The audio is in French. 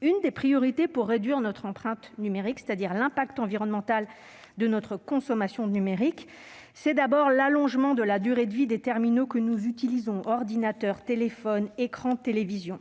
de chacun. Pour réduire notre empreinte numérique, c'est-à-dire l'impact environnemental de notre consommation numérique, l'une des priorités doit être l'allongement de la durée de vie des terminaux que nous utilisons : ordinateurs, téléphones, écrans, télévisions.